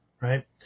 right